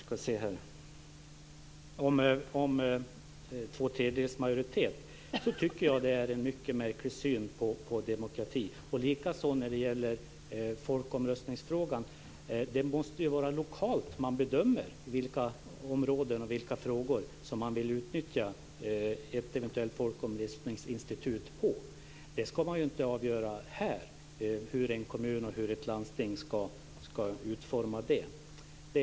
Jag tycker att ett krav på en sådan återspeglar en mycket märklig syn på demokrati. Detsamma gäller i folkomröstningsfrågan. Man måste lokalt få bedöma på vilka områden och i vilka frågor som folkomröstningsinstitutet eventuellt ska utnyttjas. Man ska inte här avgöra hur en kommun eller ett landsting ska utnyttja det.